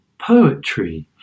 poetry